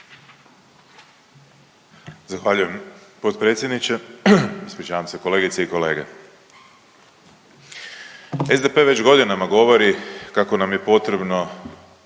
Zahvaljujem potpredsjedniče, ispričavam se, kolegice i kolege. SDP već godinama govori kako nam je potrebno